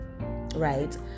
right